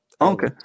Okay